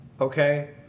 Okay